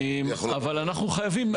אבל אנחנו חייבים,